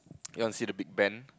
you want to see the Big-Ben